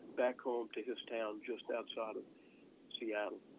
back home to his town, just outside of seattle.